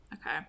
Okay